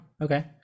Okay